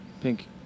Pink